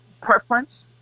Preference